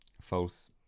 false